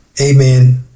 amen